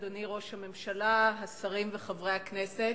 אדוני ראש הממשלה, השרים וחברי הכנסת,